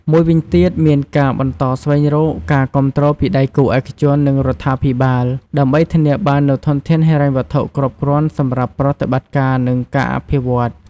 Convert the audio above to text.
មួយវិញទៀតមានការបន្តស្វែងរកការគាំទ្រពីដៃគូឯកជន និងរដ្ឋាភិបាល ដើម្បីធានាបាននូវធនធានហិរញ្ញវត្ថុគ្រប់គ្រាន់សម្រាប់ប្រតិបត្តិការ និងការអភិវឌ្ឍន៍។